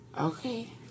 Okay